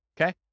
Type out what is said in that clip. Okay